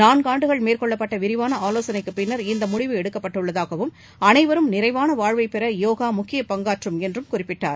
நான்கு ஆண்டுகள் மேற்கொள்ளப்பட்ட விரிவான ஆலோசனைகளுக்குப் பின்னர் இந்த முடிவு எடுக்கப்பட்டுள்ளதாகவும் அனைவரும் நிறைவான வாழ்வைப் பெற யோகா முக்கிய பங்காற்றும் என்றும் குறிப்பிட்டார்